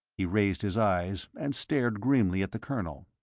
he raised his eyes and stared grimly at the colonel.